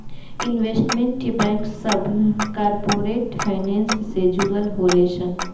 investment bank सभ corporate finance से जुड़ल होले सन